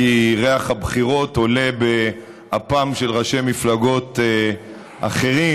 כי ריח הבחירות עולה באפם של ראשי מפלגות אחרים,